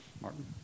Martin